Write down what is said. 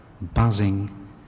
buzzing